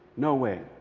no way.